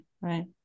right